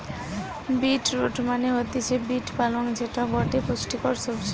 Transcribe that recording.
beet root মানে হতিছে beet পালং যেটা গটে পুষ্টিকর সবজি